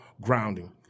grounding